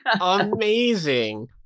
Amazing